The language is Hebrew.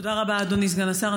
תודה רבה, אדוני סגן השר.